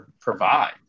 provide